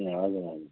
ए हजुर हजुर